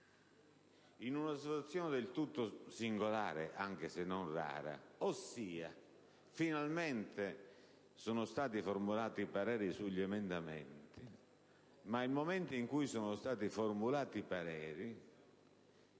in una situazione del tutto singolare, anche se non rara: finalmente sono stati formulati i pareri sugli emendamenti, ma nel momento stesso in cui sono stati formulati, era